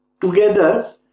together